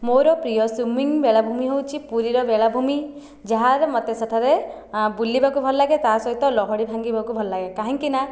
ମୋର ପ୍ରିୟ ସୁଇମିଂ ବେଳାଭୂମି ହେଉଛି ପୁରୀର ବେଳାଭୂମି ଯାହାରେ ମୋତେ ସେଠାରେ ବୁଲିବାକୁ ଭଲ ଲାଗେ ତାସହିତ ଲହଡ଼ି ଭାଙ୍ଗିବାକୁ ଭଲ ଲାଗେ କାହିଁକିନା